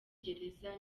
gereza